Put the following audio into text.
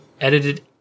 edited